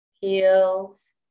heels